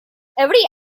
every